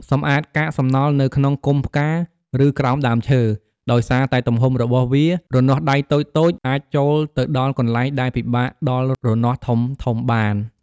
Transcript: សម្អាតកាកសំណល់នៅក្នុងគុម្ពផ្កា ឬក្រោមដើមឈើ ដោយសារតែទំហំរបស់វា រនាស់ដៃតូចៗអាចចូលទៅដល់កន្លែងដែលពិបាកដល់រនាស់ធំៗបាន។